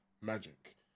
magic